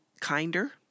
kinder